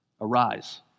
Arise